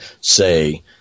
say